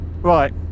right